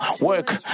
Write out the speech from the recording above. work